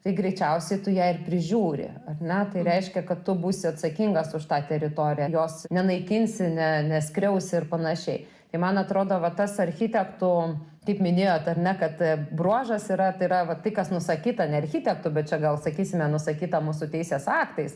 tai greičiausiai tu ją ir prižiūri ar ne tai reiškia kad tu būsi atsakingas už tą teritoriją jos nenaikinsi ne neskriausi ir panašiai tai man atrodo va tas architektų kaip minėjot ar ne kad bruožas yra tai yra va tai kas nusakyta ne architektų bet čia gal sakysime nusakyta mūsų teisės aktais